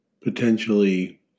potentially